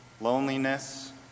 loneliness